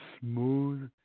smooth